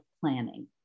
planning